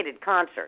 concert